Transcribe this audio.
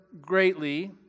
greatly